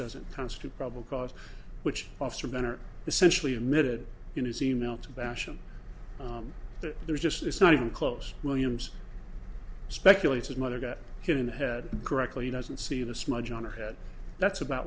doesn't constitute probably cause which officer better essentially admitted in his e mail to bashan that there's just it's not even close williams speculates his mother got him in the head correctly doesn't see the smudge on her head that's about